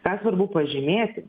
ką svarbu pažymėti